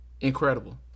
Incredible